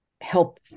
help